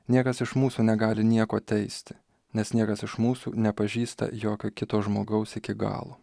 niekas iš mūsų negali nieko teisti nes niekas iš mūsų nepažįsta jokio kito žmogaus iki galo